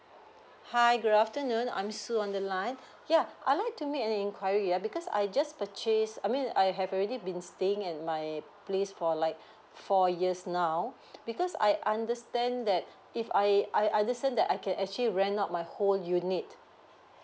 hi good afternoon I'm su on the line yeah I'd like to make an enquiry uh because I just purchased I mean I have already been staying at my place for like four years now because I understand that if I I understand that I can actually rent out my whole unit